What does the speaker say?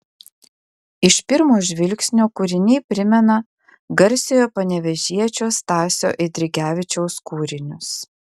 iš pirmo žvilgsnio kūriniai primena garsiojo panevėžiečio stasio eidrigevičiaus kūrinius